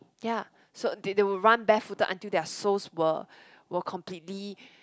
yea so they they would run barefooted until they are soles were completely